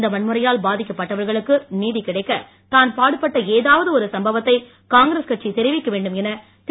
இந்த வன்முறையால் பாதிக்கப்பட்டவர்களுக்கு நீதி கிடைக்க தான் பாடுபட்ட ஏதாவது ஒரும் சம்பவத்தை காங்கிரஸ் கட்சி தெரிவிக்க வேண்டும் என திரு